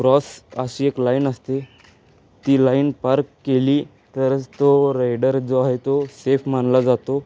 cross अशी एक line असते ती लाईन पार केली तरच तो रेडर जो आहे तो सेफ मानला जातो